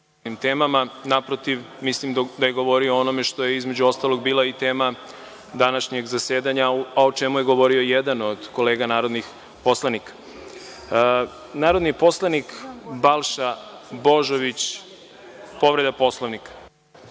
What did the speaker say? temama. Naprotiv, mislim da je govorio o onome što je, između ostalog, bila i tema današnjeg zasedanja, a o čemu je govorio jedan od kolega narodnih poslanika. Reč ima narodni poslanik Balša Božović, povreda Poslovnika.